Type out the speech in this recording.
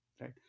right